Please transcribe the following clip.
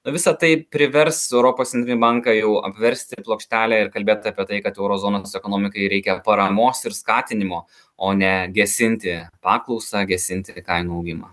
visa tai privers europos centrinį banką jau apversti plokštelę ir kalbėt apie tai kad euro zonos ekonomikai reikia paramos ir skatinimo o ne gesinti paklausą gesinti kainų augimą